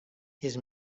his